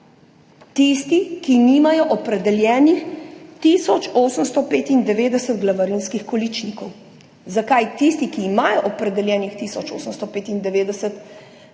Tisti, ki nimajo opredeljenih tisoč 895 glavarinskih količnikov. Zakaj? Tisti, ki imajo opredeljenih tisoč 895 glavarinskih